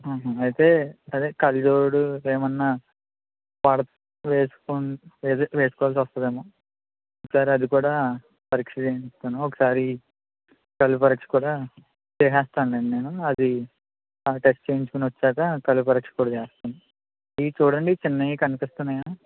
ఆహా అయితే అదే కళ్ళజోడు ఏమన్నా పడితే వేసుకో అదే వేసుకోవాల్సి వస్తదేమో ఒకసారి అది పరీక్షా చేయిస్తాను ఒకసారి కళ్ళ పరీక్ష కూడా చేసేస్తాను అండీ నేను అది ఆ టెస్ట్ చేయించుకుని వచ్చాక కళ్ళ పరీక్ష కూడా చేస్తాను ఇవి చూడండి చిన్నవి కనిపిస్తున్నాయా